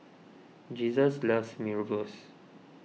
Jesus loves Mee Rebus